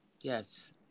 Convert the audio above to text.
Yes